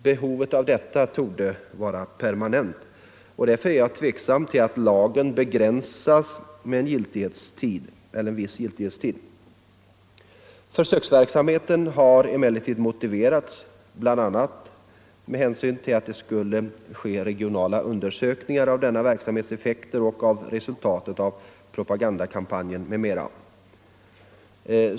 Behovet härav torde vara permanent, och jag är därför tveksam till att lagen begränsas till en viss giltighetstid. Försöksverksamheten har emellertid motiverats bl.a. av att det skall ske regionala undersökningar av denna verksamhets effekter och av resultatet av propagandakampanjen.